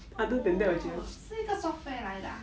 orh 是一个 software 来的 ah